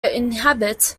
inhabit